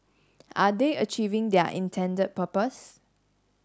are they achieving their intended purpose